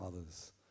others